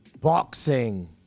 Boxing